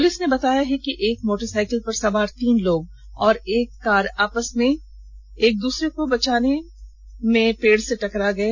police ने बताया कि एक मोटरसाइकिल पर सवार तीन लोग और एक कार आपस में एक दूसरे को बचाने में पेड़ से टकरा गए